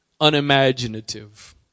unimaginative